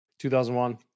2001